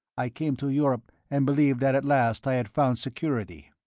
i came to europe and believed that at last i had found security.